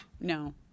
No